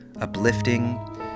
uplifting